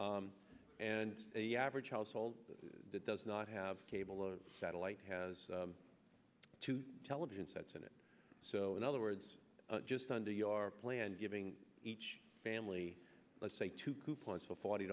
meeting and the average household that does not have cable or satellite has to do television sets in it so in other words just under your plan giving each family let's say two coupons for forty